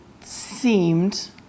seemed